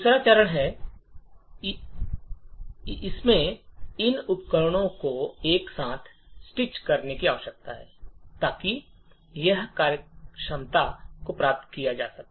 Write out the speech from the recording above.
दूसरा चरण है हमें इन उपकरणों को एक साथ स्टिच करने की आवश्यकता है ताकि इस कार्यक्षमता को प्राप्त किया जा सके